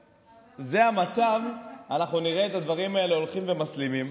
וכשזה המצב אנחנו נראה את הדברים האלה הולכים ומסלימים,